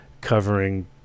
covering